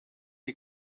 die